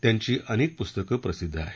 त्यांची अनेक पुस्तक प्र सिद्ध आहेत